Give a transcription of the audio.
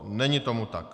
Není tomu tak.